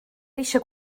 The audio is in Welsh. eisiau